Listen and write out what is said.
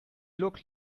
look